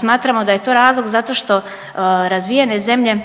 smatramo da je to razlog zato što razvijene zemlje